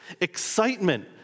excitement